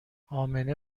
امنه